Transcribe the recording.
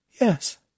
Yes